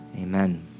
Amen